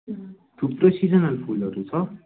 थुप्रै सिजनहरूको फुलहरू छ